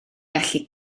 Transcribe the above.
gallu